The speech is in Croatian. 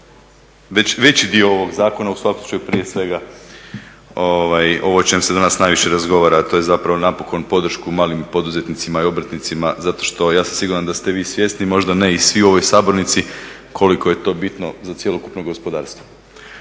veći dio ovog zakona, u svakom slučaju prije svega ovo o čem se danas najviše razgovara, a to je zapravo napokon podršku malim poduzetnicima i obrtnicima zato što, ja sam siguran da ste vi svjesni, možda ne i svi u ovoj sabornici, koliko je to bitno za cjelokupno gospodarstvo.